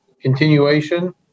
continuation